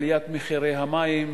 עליית מחירי המים,